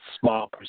small